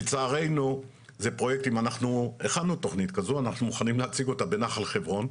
אנחנו הכנו תכנית כזו בנחל חברון,